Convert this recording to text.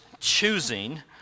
choosing